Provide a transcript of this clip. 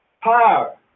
power